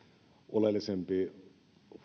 oleellisempi